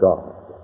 God